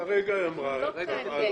כרגע היא קראה לך את ההגדרה